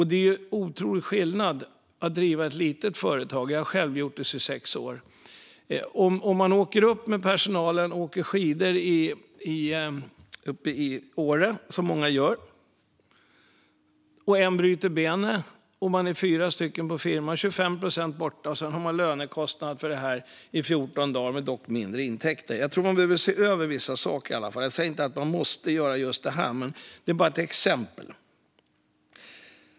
Det är en otrolig skillnad att driva ett litet företag; jag har själv gjort det i 26 år. Man åker upp till Åre och åker skidor med personalen - som många gör - och en bryter benet. Om man är fyra på firman är alltså 25 procent borta. Sedan är det en lönekostnad i 14 dagar men med mindre intäkter. Vissa saker behöver ses över. Jag säger inte att man måste göra just detta, men det var ett exempel.